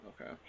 okay